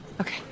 Okay